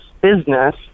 business